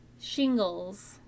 shingles